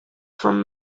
from